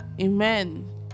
Amen